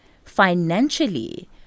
financially